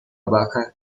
baja